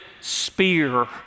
spear